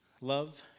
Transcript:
Love